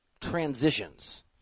transitions